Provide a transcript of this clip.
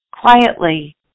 quietly